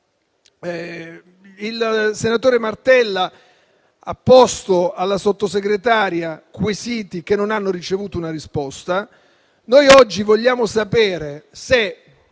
il senatore Martella ha rivolto alla Sottosegretaria quesiti che non hanno ricevuto una risposta. Noi oggi vogliamo sapere se